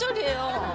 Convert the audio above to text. so do?